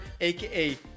AKA